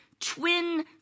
twin